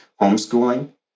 homeschooling